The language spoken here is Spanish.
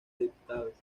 diputados